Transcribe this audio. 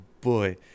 boy